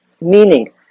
Meaning